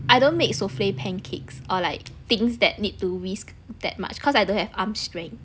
I don't make souffle pancakes or like things that need to whisk that much cause I don't have arm strength